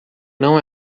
não